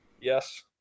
Yes